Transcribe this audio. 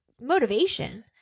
motivation